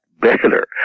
better